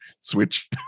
switch